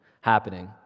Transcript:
happening